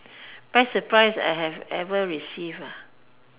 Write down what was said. best surprise I have ever receive